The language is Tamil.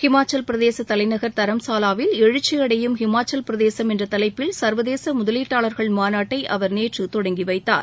ஹிமாச்சலப்பிரதேச தலைநகர் தரம்சாவாவில் எழுச்சியடையும் ஹிமாச்சலப்பிரதேசம் என்ற தலைப்பில் சர்வதேச முதலீட்டாளர்கள் மாநாட்டை அவர் நேற்று தொடங்கி வைத்தார்